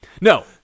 No